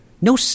No